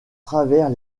travers